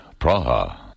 Praha